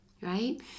Right